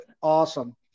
awesome